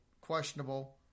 questionable